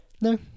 No